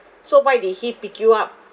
so why did he pick you up